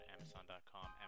Amazon.com